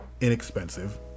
inexpensive